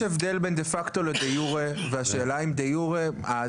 יש הבדל בין דה פקטו לדה יורה והשאלה אם דה יורה מה